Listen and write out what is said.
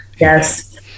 Yes